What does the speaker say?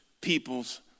people's